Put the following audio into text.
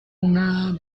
una